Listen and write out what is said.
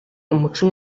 umuco